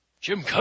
Jim